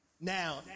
Now